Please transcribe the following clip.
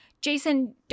Jason